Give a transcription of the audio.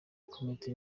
komite